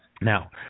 Now